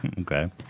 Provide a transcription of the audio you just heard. okay